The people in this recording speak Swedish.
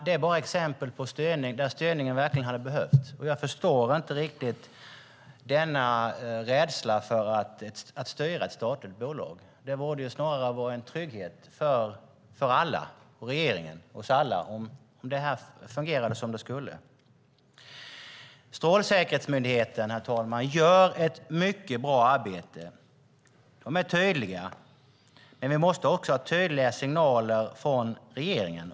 Det är exempel där styrning hade behövts. Jag förstår inte rädslan för att styra ett statligt bolag. Det borde ju vara en trygghet för regeringen och oss alla. Strålsäkerhetsmyndigheten gör ett mycket bra arbete. De är tydliga. Men vi måste också ha tydliga signaler från regeringen.